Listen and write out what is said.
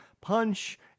punch